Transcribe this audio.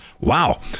Wow